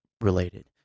related